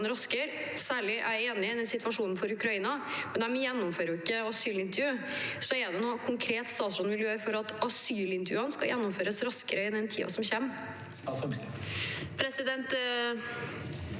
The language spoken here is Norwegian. særlig enig i situasjonen for Ukraina, men ukrainere gjennomfører jo ikke asylintervjuer. Er det noe konkret statsråden vil gjøre for at asylintervjuene skal gjennomføres raskere i tiden som kommer? Statsråd